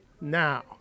Now